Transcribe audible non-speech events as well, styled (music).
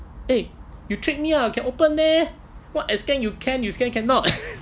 eh you trick me I can open meh what as scan you can I scan cannot (laughs)